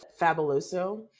Fabuloso